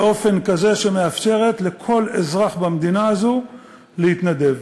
באופן שמאפשר לכל אזרח במדינה הזאת להתנדב.